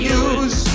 use